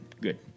good